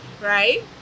right